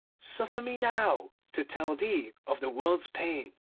suffer me now to tell thee of the world's pain,